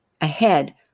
ahead